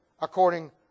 according